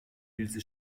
ilse